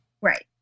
Right